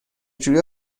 جوری